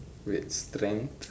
with strength